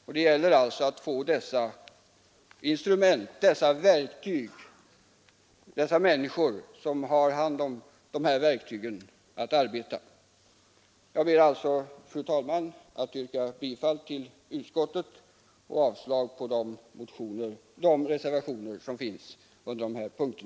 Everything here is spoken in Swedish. För de människor som har hand om dessa frågor gäller det att ha verktygen att arbeta med. Jag ber alltså, fru talman, att få yrka bifall till utskottets hemställan och avslag på de reservationer som finns under dessa punkter.